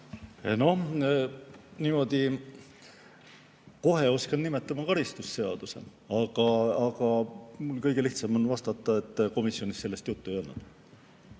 Noh, niimoodi kohe oskan ma nimetada karistusseadustikku, aga mul kõige lihtsam on vastata, et komisjonis sellest juttu ei olnud.